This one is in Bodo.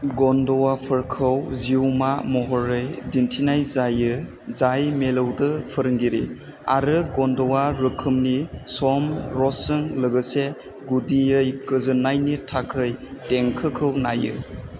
गन्द'वाफोरखौ जिउमा महरै दिन्थिनाय जायो जाय मिलौदो फोरोंगिरिफोर आरो गन्द'वा रोखोमनि समरसजों लोगोसे गुदियै गोजोननायनि थाखाय देंखोखौ नायो